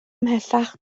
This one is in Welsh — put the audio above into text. ymhellach